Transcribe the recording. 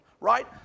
Right